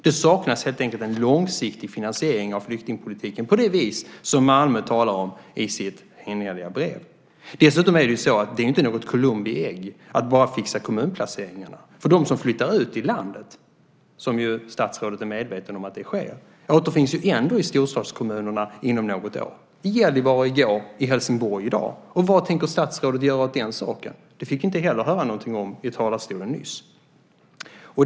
Det saknas helt enkelt en långsiktig finansiering av flyktingpolitiken på det sätt som Malmö talar om i sitt brev. Det är inte Columbi ägg att bara fixa kommunplaceringar. De som flyttar ut i landet - vilket statsrådet är medveten om - återfinns ändå i storstadskommunerna inom något år. I Gällivare i går, i Helsingborg i dag. Vad tänker statsrådet göra åt den saken? Det fick vi inte heller höra något om från talarstolen nyss.